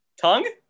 tongue